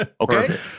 Okay